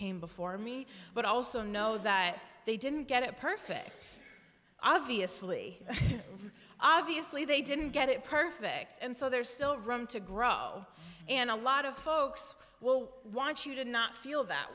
came before me but i also know that they didn't get it perfect obviously obviously they didn't get it perfect and so there's still room to grow and a lot of folks will want you to not feel that